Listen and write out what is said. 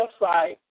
website